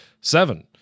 Seven